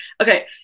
Okay